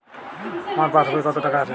আমার পাসবই এ কত টাকা আছে?